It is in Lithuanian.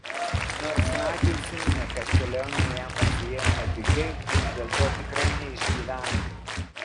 nors radži užsiminė kad kelionė jam atsiėjo nepigiai jis dėl to tikrai neišgyvena